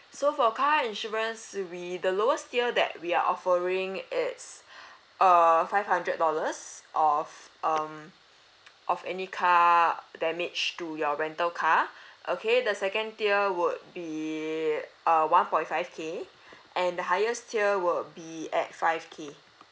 so for car insurance we the lowest tier that we are offering is err five hundred dollars of um of any car damage to your rental car okay the second tier would be uh one point five K and the highest tier would be at five K